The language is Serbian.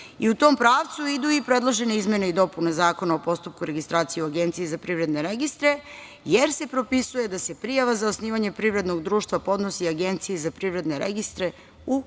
i u tom pravcu idu i predložene izmene i dopune Zakona o postupku registracije u Agenciji za privredne registre, jer se propisuje da se prijava za osnivanje privrednog društva podnosi Agenciji za privredne registre u